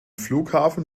flughafen